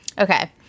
Okay